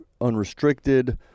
unrestricted